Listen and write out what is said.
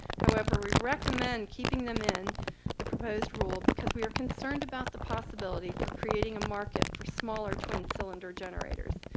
however, we recommend keeping them in the proposed rule because we are concerned about the possibility for creating a market for smaller twin cylinder generators.